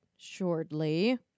shortly